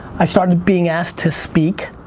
i started being asked to speak,